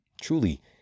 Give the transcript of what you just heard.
truly